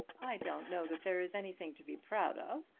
i don't know that there is anything to be proud of,